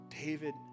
David